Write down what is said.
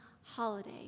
holiday